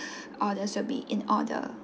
orders will be in order